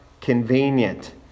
convenient